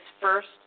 first